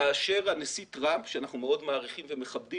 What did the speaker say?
כאשר הנשיא טרמאפ שאנחנו מאוד מעריכים ומכבדים